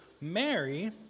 Mary